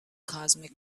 cosmic